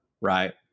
Right